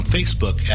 Facebook